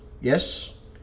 Yes